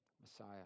Messiah